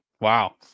Wow